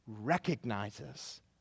recognizes